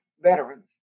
veterans